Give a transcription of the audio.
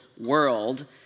world